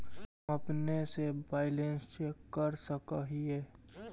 हम अपने से बैलेंस चेक कर सक हिए?